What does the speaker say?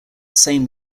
same